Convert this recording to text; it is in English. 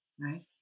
right